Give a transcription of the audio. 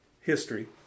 history